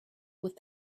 with